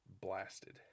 blasted